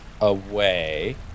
away